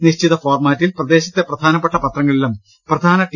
നിശ്ചിത ഫോർമാറ്റിൽ പ്രദേശത്തെ പ്രധാനപ്പെട്ട പത്രങ്ങളിലും പ്രധാന ടി